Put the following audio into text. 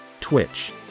Twitch